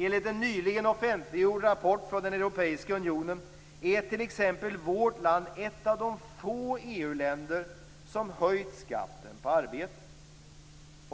Enligt en nyligen offentliggjord rapport från den europeiska unionen är t.ex. vårt land ett av de få EU-länder som höjt skatten på arbete.